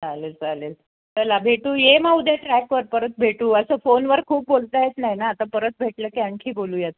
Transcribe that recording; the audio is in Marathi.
चालेल चालेल चला भेटू ये मग उद्या ट्रॅकवर परत भेटू असं फोनवर खूप बोलता येत नाही ना आता परत भेटलं की आणखी बोलूया